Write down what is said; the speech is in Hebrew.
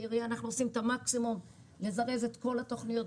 כעירייה אנחנו עושים את המקסימום לזרז את כל התוכניות,